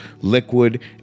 liquid